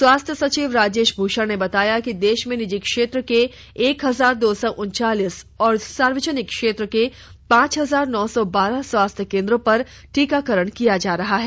स्वास्थ्य सचिव राजेश भूषण ने बताया कि देश में निजी क्षेत्र के एक हजार दो सौ उनचालीस और सार्वजनिक क्षेत्र के पांच हजार नौ सौ बारह स्वास्थ्य केन्द्रों पर टीकाकरण किया जा रहा है